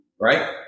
Right